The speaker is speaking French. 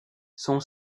son